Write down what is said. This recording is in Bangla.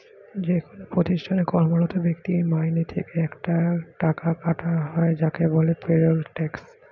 যেকোন প্রতিষ্ঠানে কর্মরত ব্যক্তির মাইনে থেকে একটা টাকা কাটা হয় যাকে বলে পেরোল ট্যাক্স